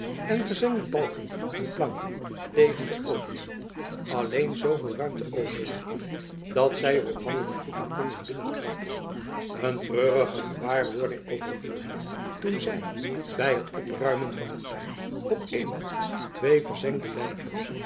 en gezengde balken en planken tegen de opening alleen zooveel ruimte overlatende dat zij er op handen en voeten konden binnenkruipen een treurige gewaarwording overviel hen toen zij bij het opruimen van het puin op eenmaal twee verzengde lijken